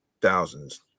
thousands